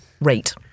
rate